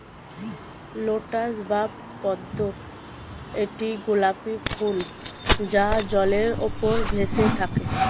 lotus বা পদ্ম একটি গোলাপী ফুল যা জলের উপর ভেসে থাকে